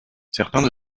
certains